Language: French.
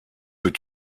peux